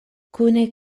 kune